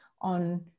on